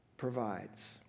provides